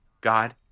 God